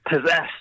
possessed